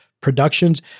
productions